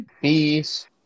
Peace